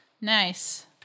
Nice